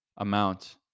amount